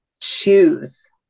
choose